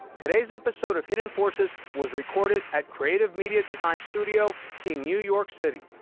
today's episode of hidden forces was recorded at creative media design studio in new york city.